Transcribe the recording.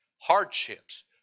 hardships